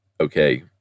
okay